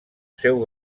seu